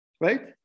Right